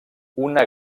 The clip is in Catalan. una